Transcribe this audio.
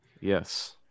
Yes